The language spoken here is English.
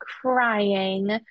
crying